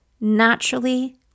naturally